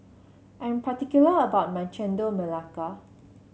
I am particular about my Chendol Melaka